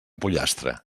pollastre